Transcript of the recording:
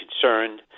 concerned